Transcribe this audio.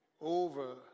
Over